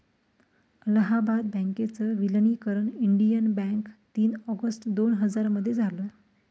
अलाहाबाद बँकेच विलनीकरण Indian bank तीन ऑगस्ट दोन हजार मध्ये झालं